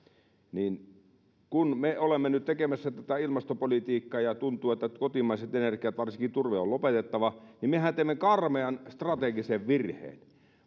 kun me olemme nyt tekemässä tätä ilmastopolitiikkaa ja tuntuu että kotimaiset energiat varsinkin turve on lopetettava niin mehän teemme karmean strategisen virheen